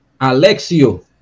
Alexio